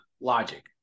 logic